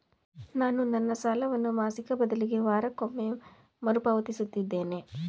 ನಾನು ನನ್ನ ಸಾಲವನ್ನು ಮಾಸಿಕ ಬದಲಿಗೆ ವಾರಕ್ಕೊಮ್ಮೆ ಮರುಪಾವತಿಸುತ್ತಿದ್ದೇನೆ